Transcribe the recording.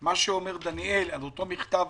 מה שאומר דניאל על אותו מכתב